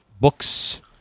books